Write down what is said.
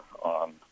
on